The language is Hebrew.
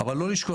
אבל לא לשכוח,